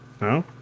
No